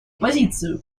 позицию